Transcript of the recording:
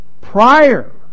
prior